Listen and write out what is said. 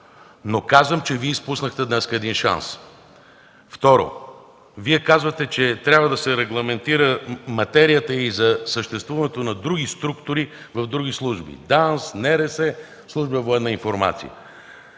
Но казвам, че Вие днес изпуснахте един шанс. Второ, казвате, че трябва да се регламентира материята и за съществуването на други структури – ДАНС, НРС, служба „Военна информация”.